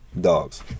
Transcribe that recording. Dogs